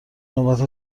نوبت